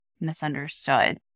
misunderstood